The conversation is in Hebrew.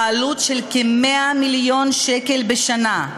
בעלות של כ-100 מיליון שקל בשנה,